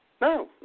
No